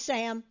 Sam